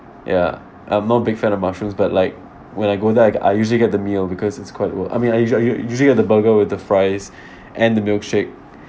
ya I'm not a big fan of mushrooms but like when I go there I I usually get the meal because it's quite worth I mean usua~ usually have the burger with the fries and the milkshake